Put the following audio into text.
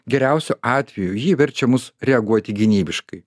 geriausiu atveju ji verčia mus reaguoti gynybiškai